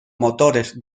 motores